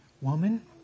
Woman